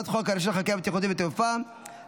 חברת הכנסת עאידה תומא סלימאן,